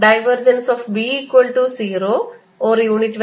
B0 or i